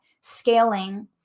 scaling